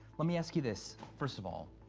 let me ask you this. first of all,